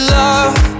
love